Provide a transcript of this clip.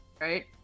right